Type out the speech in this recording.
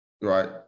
right